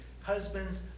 Husbands